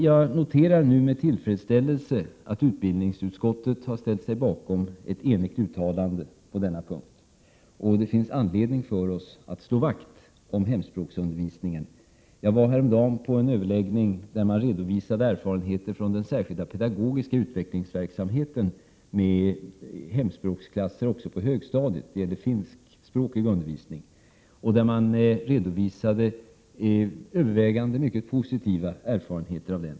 Jag noterar nu med tillfredsställelse att utbildningsutskottet har ställt sig bakom ett enhälligt uttalande på denna punkt. Det finns anledning för oss att slå vakt om hemspråksundervisningen. Jag var häromdagen på en överläggning där man redovisade erfarenheterna från den särskilda pedagogiska utvecklingsverksamheten med hemspråksklasser också på högstadiet. Det gällde finsk språkundervisning. Man redovisade övervägande mycket positiva erfarenheter av den.